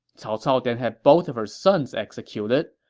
cao cao then had both of her sons executed.